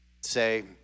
say